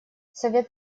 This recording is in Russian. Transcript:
совет